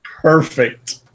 Perfect